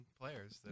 players